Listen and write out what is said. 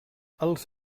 els